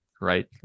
right